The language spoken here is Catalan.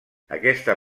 aquesta